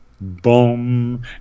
boom